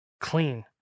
clean